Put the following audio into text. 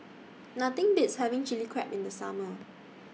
Nothing Beats having Chili Crab in The Summer